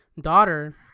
daughter